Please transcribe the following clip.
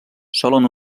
solen